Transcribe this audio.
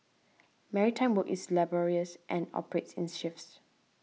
maritime work is laborious and operates in shifts